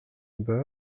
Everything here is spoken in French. mettre